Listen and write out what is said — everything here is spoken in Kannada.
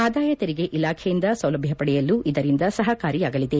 ಆದಾಯ ತೆರಿಗೆ ಇಲಾಖೆಯಿಂದ ಸೌಲಭ್ಯ ಪಡೆಯಲು ಇದರಿಂದ ಸಹಕಾರಿಯಾಗಲಿದೆ